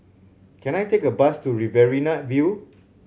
can I take a bus to Riverina View